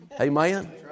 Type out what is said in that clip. Amen